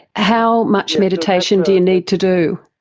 how much meditation do you need to do?